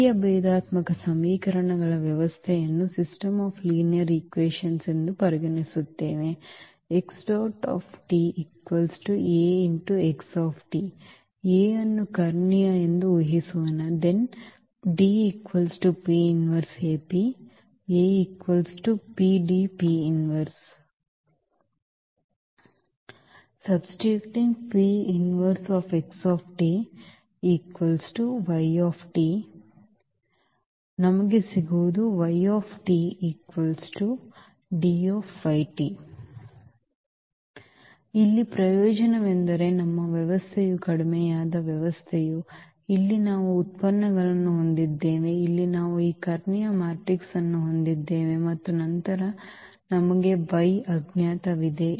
ರೇಖೀಯ ಭೇದಾತ್ಮಕ ಸಮೀಕರಣಗಳ ವ್ಯವಸ್ಥೆಯನ್ನು ಪರಿಗಣಿಸಿ A ಅನ್ನು ಕರ್ಣೀಯ ಎಂದು ಊಹಿಸೋಣ Then Substituting we get ಇಲ್ಲಿ ಪ್ರಯೋಜನವೆಂದರೆ ನಮ್ಮ ವ್ಯವಸ್ಥೆಯು ಕಡಿಮೆಯಾದ ವ್ಯವಸ್ಥೆಯು ಇಲ್ಲಿ ನಾವು ಉತ್ಪನ್ನಗಳನ್ನು ಹೊಂದಿದ್ದೇವೆ ಇಲ್ಲಿ ನಾವು ಈ ಕರ್ಣೀಯ ಮ್ಯಾಟ್ರಿಕ್ಸ್ ಅನ್ನು ಹೊಂದಿದ್ದೇವೆ ಮತ್ತು ನಂತರ ನಮಗೆ ವೈ ಅಜ್ಞಾತವಿದೆ